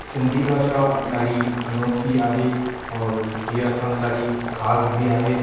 सिंधी भाषा ॾाढी अनोखी आहे और हीअं असां लाइ ॾाढी ख़ासि बि आहे